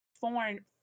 foreign